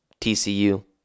TCU